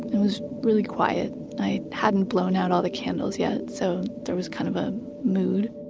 it was really quiet. i hadn't blown out all the candles yet, so there was kind of a mood.